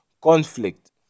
conflict